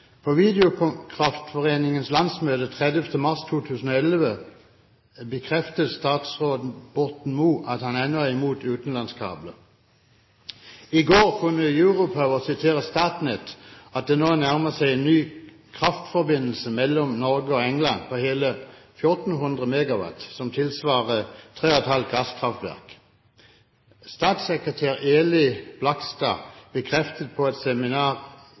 landsmøte 30. mars 2011 bekreftet statsråd Borten Moe at han ennå er imot utenlandskabler. I går kunne Europower sitere Statnett på at det nå nærmer seg en ny kraftforbindelse mellom Norge og England på hele 1 400 megawatt, som tilsvarer tre og et halvt gasskraftverk. Statssekretær Eli Blakstad bekreftet på et seminar